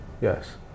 Yes